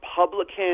Republican